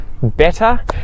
better